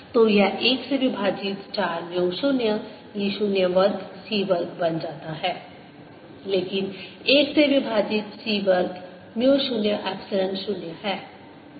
तो यह 1 से विभाजित चार म्यू 0 e 0 वर्ग c वर्ग बन जाता है लेकिन 1 से विभाजित c वर्ग म्यू 0 एप्सिलॉन 0 है